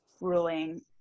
ruling